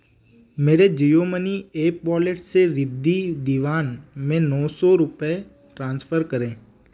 मेरे Jio money app wallet से रिद्धि दीवान में नो सौ रुपये ट्रांसफ़र करें